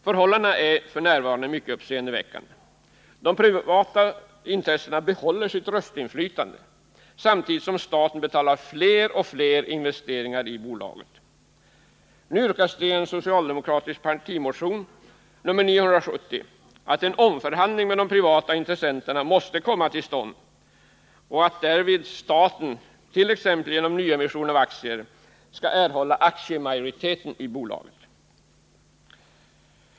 Förhållandena är f.n. mycket uppseendeväckande. De privata intressenterna behåller sitt röstinflytande samtidigt som staten betalar fler och fler investeringar i bolaget. Nu yrkas det i en socialdemokratisk partimotion, nr 970, att en omförhandling med de privata intressenterna måste komma till stånd och att därvid staten, t.ex. genom nyemission av aktier, skall erhålla aktiemajoriteten i bolaget.